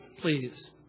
Please